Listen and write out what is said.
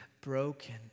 broken